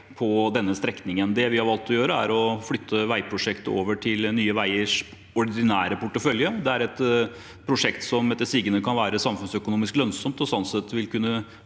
å gjøre, er å flytte veiprosjektet over til Nye veiers ordinære portefølje. Det er et prosjekt som etter sigende kan være samfunnsøkonomisk lønnsomt og sånn sett vil